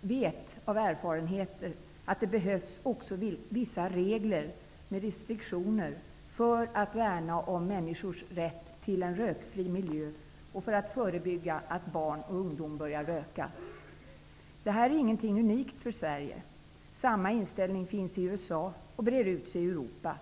vet av erfarenhet att det behövs också vissa regler med restriktioner för att värna om människors rätt till en rökfri miljö och för att förebygga att barn och ungdom börjar röka. Det här är ingenting unikt för Sverige. Samma inställning finns i USA och breder ut sig i Europa.